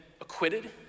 acquitted